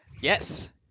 Yes